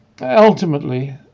Ultimately